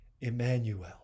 Emmanuel